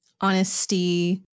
honesty